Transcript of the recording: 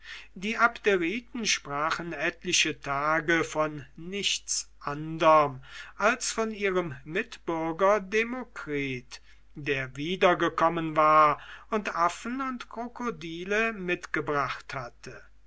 die abderiten sprachen etliche tage von nichts anderm als von ihrem mitbürger demokritus der wieder gekommen war und affen und krokodile mitgebracht hatte